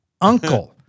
uncle